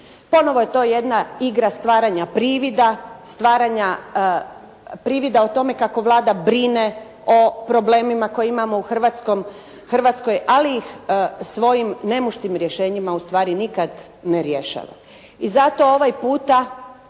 Ponovo je to jedna igra stvaranja privida, stvaranja privida o tome kako Vlada brine o problemima koje imamo u Hrvatskoj, ali ih svojim nemuštim rješenjima u stvari nikad ne rješava. I zato ovaj puta